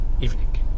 evening